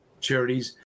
charities